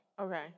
Okay